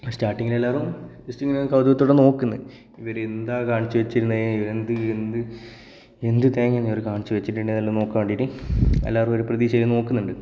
സ്റ്റാർട്ടിങ്ങിനെല്ലാവരും just ഇങ്ങനെ കൗതുകത്തോടെ നോക്കുന്നു ഇവർ എന്താണ് കാണിച്ചു വച്ചിരുന്നത് ഇത് എന്ത് എന്ത് എന്ത് തേങ്ങയാന്ന് ഇവർ കാണിച്ചു വച്ചിട്ടുണ്ട് എന്നെല്ലാം നോക്കാൻ വേണ്ടിയിട്ട് എല്ലാവരും ഒരു പ്രതീക്ഷയിൽ നോക്കുന്നുണ്ട്